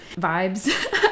vibes